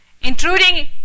Intruding